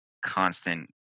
constant